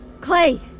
Clay